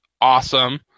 awesome